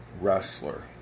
wrestler